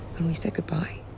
when we said goodbye?